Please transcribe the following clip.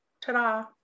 ta-da